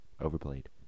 Overplayed